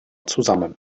zusammen